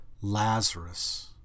Lazarus